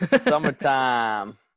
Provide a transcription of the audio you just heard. Summertime